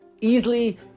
easily